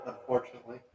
unfortunately